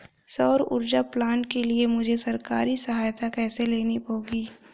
सौर ऊर्जा प्लांट के लिए मुझे सरकारी सहायता कैसे लेनी होगी?